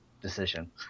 decision